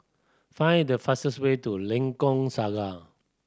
find the fastest way to Lengkok Saga